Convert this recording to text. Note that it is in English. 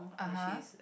(uh huh)